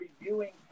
reviewing